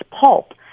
pulp